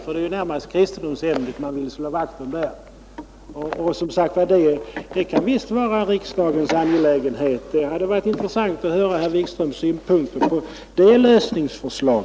Det är ju närmast kristendomsämnet man vill slå vakt om. Som sagt, det kan visst vara riksdagens angelägenhet. Det hade varit intressant att höra herr Wikströms syn på det lösningsförslaget.